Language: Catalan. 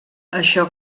això